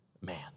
man